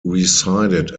resided